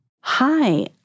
Hi